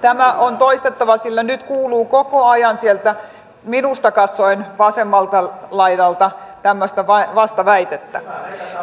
tämä on toistettava sillä nyt kuuluu koko ajan sieltä minusta katsoen vasemmalta laidalta tämmöistä vastaväitettä